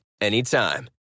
anytime